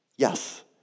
Yes